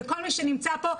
וכל מי שנמצא פה,